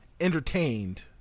entertained